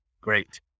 Great